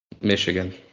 Michigan